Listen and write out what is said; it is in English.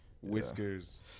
whiskers